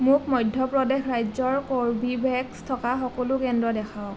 মোক মধ্যপ্ৰদেশ ৰাজ্যৰ কৰ্বীভেক্স থকা সকলো কেন্দ্ৰ দেখুৱাওক